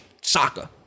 soccer